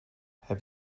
have